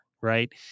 right